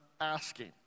asking